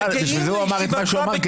בגלל זה הוא אמר את מה שהוא אמר,